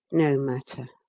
no matter.